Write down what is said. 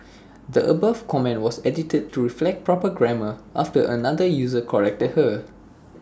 the above comment was edited to reflect proper grammar after another user corrected her